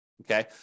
Okay